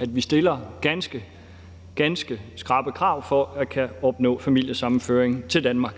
at vi stiller ganske, ganske skrappe krav til at kunne opnå familiesammenføring til Danmark.